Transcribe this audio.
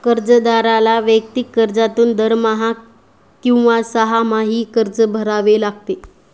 कर्जदाराला वैयक्तिक कर्जातून दरमहा किंवा सहामाही कर्ज भरावे लागते